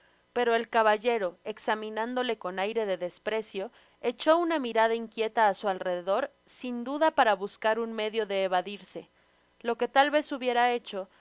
pero el caballero examinándole con aire de desprecio echó una mirada inquieta á su alrededor sin duda para buscar un medio de evadirse lo que tal vez hubiera hecho